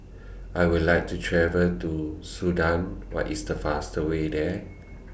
I Will like to travel to Sudan What IS The fast Way There